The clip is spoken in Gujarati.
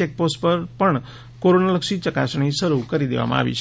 ચેકપોસ્ટ ઉપર પણ કોરોનાલક્ષી યકાસણી શરૂ કરી દેવામાં આવી છે